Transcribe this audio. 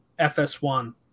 FS1